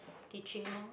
teaching lor